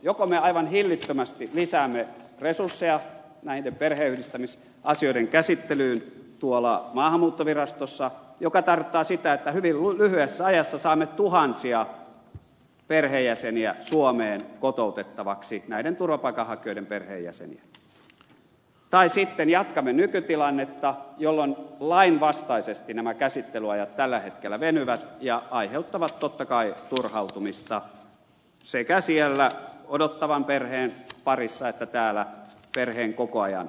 joko me aivan hillittömästi lisäämme resursseja näiden perheenyhdistämisasioiden käsittelyyn maahanmuuttovirastossa mikä tarkoittaa sitä että hyvin lyhyessä ajassa saamme tuhansia perheenjäseniä suomeen kotoutettavaksi näiden turvapaikanhakijoiden perheenjäseniä tai sitten jatkamme nykytilannetta jolloin lainvastaisesti nämä käsittelyajat kuten tällä hetkellä venyvät ja aiheuttavat totta kai turhautumista sekä siellä odottavan perheen parissa että täällä perheen kokoajan kohdalla